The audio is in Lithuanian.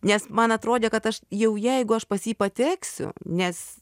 nes man atrodė kad aš jau jeigu aš pas jį pateksiu nes